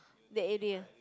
that area